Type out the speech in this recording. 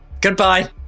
Goodbye